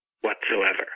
whatsoever